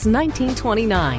1929